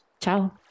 Ciao